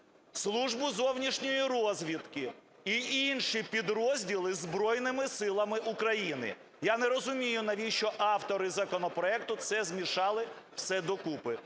Службу зовнішньої розвідки і інші підрозділи із Збройними Силами України, я не розумію навіщо автори законопроекту це змішали все до купу.